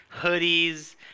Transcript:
hoodies